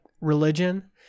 religion